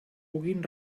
puguin